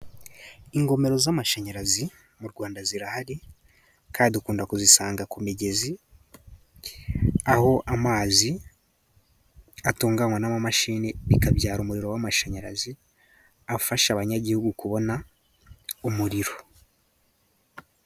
Ingomero z'amashanyarazi mu rwanda zirahari kandi dukunda kuzisanga ku migezi aho amazi atunganywa n'amamashini bikabyara umuriro w'amashanyarazi afasha abanyagihugu kubona umuriro.